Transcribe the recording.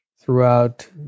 throughout